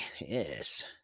yes